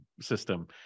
system